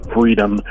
Freedom